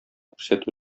күрсәтү